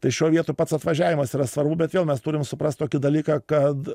tai šioj vietoj pats atvažiavimas yra svarbu bet vėl mes turim suprast tokį dalyką kad